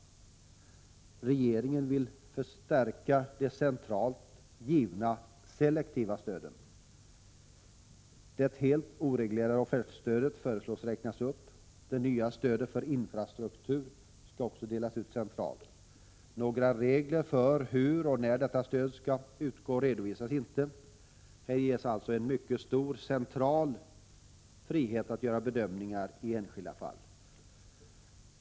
Regeringen vill förstärka de centralt givna selektiva stöden. Det helt ”oreglerade” offertstödet föreslås räknas upp. Det nya stödet för infrastruktur skall också delas ut centralt. Några regler för hur och när detta stöd skall utgå redovisas inte — här ges mycket stor central frihet att göra bedömningar i enskilda fall.